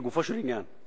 לגופו של עניין,